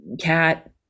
cat